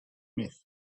myth